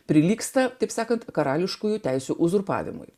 prilygsta taip sakant karališkųjų teisių uzurpavimui